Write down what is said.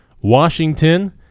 Washington